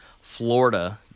Florida